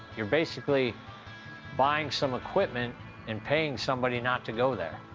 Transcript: you're basically buying some equipment and paying somebody not to go there.